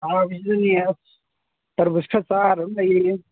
ꯁꯥꯕꯁꯤꯗꯅꯦ ꯇꯔꯕꯨꯁ ꯈꯔ ꯆꯥꯔꯒ ꯑꯗꯨꯝ ꯂꯩꯔꯤꯑꯦ